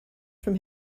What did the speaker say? from